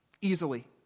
easily